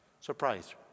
Surprised